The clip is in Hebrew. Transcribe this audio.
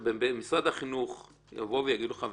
במשרד החינוך יבואו ויגידו לך,